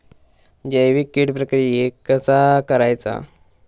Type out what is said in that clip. जैविक कीड प्रक्रियेक कसा करायचा?